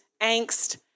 angst